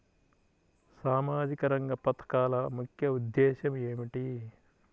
సామాజిక రంగ పథకాల ముఖ్య ఉద్దేశం ఏమిటీ?